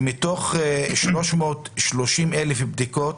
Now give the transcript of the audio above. ומתוך 330,000 בדיקות